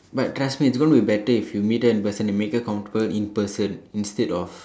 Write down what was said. but trust me it's gonna be better if you meet her in person and make her comfortable in person instead of